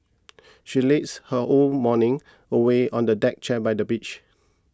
she lazed her whole morning away on a deck chair by the beach